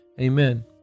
amen